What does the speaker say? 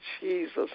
Jesus